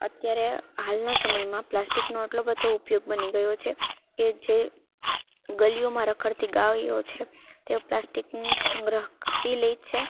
અત્યારે હાલનાં સમયમાં પ્લાસ્ટિકનો એટલો બધો ઉપયોગ બની ગયો છે કે જે ગલીઓમાં રખડતી ગાયો છે તે પ્લાસ્ટિકનું સંગ્રહ કરી લે છે